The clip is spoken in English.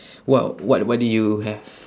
what what a~ what did you have